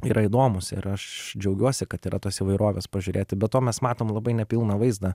yra įdomūs ir aš džiaugiuosi kad yra tos įvairovės pažiūrėti be to mes matom labai nepilną vaizdą